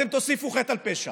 אתם תוסיפו חטא על פשע,